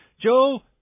Joe